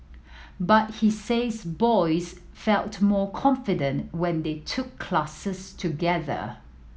but he says boys felt more confident when they took classes together